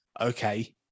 okay